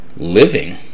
living